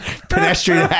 pedestrian